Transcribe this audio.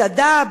מסעדה,